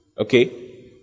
Okay